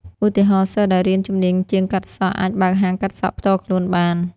ឧទាហរណ៍ សិស្សដែលរៀនជំនាញជាងកាត់សក់ អាចបើកហាងកាត់សក់ផ្ទាល់ខ្លួនបាន។